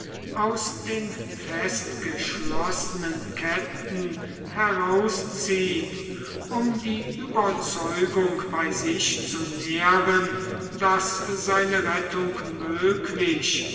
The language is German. aus den festgeschlossenen ketten herauszieht um die überzeugung bei sich zu nähren daß seine rettung möglich